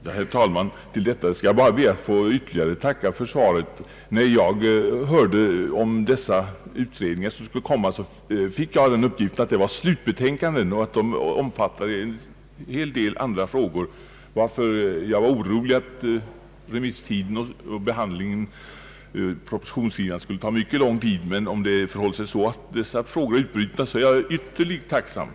Herr talman! Med anledning av vad herr statsrådet anförde vill jag bara ytterligare tacka för svaret. När jag hörde talas om dessa utredningar fick jag den uppgiften att det var fråga om slutbetänkanden, som omfattade en hel del andra frågor. Jag var därför orolig att remissförfarandet och behandlingen på <:propositionssidan skulle ta mycket lång tid. Jag är synnerligen tacksam för beskedet att dessa frågor har brutits ut och särbehandlats.